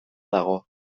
dago